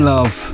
Love